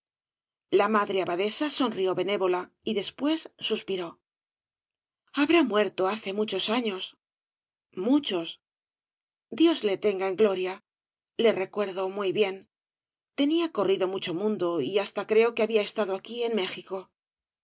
la madre abadesa sonrió benévola y después suspiró habrá muerto hace muchos años muchos dios le tenga en gloria le recuerdo muy bien tenía corrido mucho mundo y hasta creo que había estado aquí en méxico